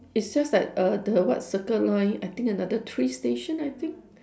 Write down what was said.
it's just like err the what circle line I think another three station I think